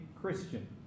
Christian